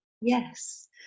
Yes